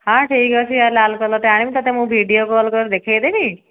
ହଁ ଠିକ୍ ଅଛି ଲାଲ୍ କଲର୍ଟେ ଆଣିବି ତୋତେ ମୁଁ ଭିଡ଼ିଓ କଲ୍ କରି ଦେଖେଇ ଦେବି